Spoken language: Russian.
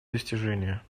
достижения